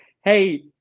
Hey